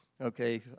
Okay